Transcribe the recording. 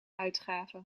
uitgave